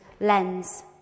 lens